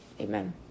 Amen